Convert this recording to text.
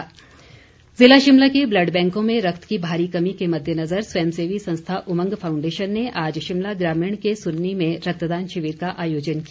उमंग foundation ज़िला शिमला के blood बैंकों में रक्त की भारी कमी के मद्देनज़र स्वयं सेवी संस्था उमंग फाउंडेशन ने आज शिमला ग्रामीण के सुन्नी में रक्तदान शिविर का आयोजन किया